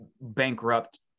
bankrupt